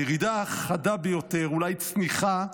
הירידה החדה ביותר, אולי צניחה,